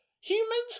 Humans